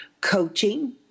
coaching